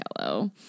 yellow